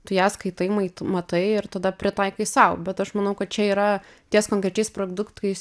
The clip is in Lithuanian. tu ją skaitai mait matai ir tada pritaikai sau bet aš manau kad čia yra ties konkrečiais prokduktais